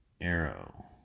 arrow